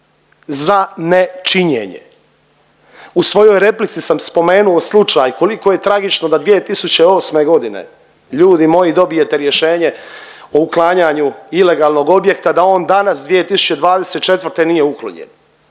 za nečinjenje. U svojoj replici sam spomenuo slučaj koliko je tragično da 2008.g. ljudi moji dobijete rješenje o uklanjanju ilegalnog objekta, da on danas 2024. nije uklonjen